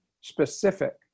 specific